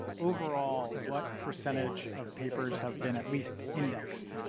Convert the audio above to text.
overall, what percentage of papers have been at least indexed?